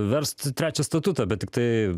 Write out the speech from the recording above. verst trečią statutą bet tiktai